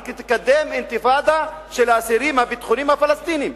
היא תקדם אינתיפאדה של האסירים הביטחוניים הפלסטינים.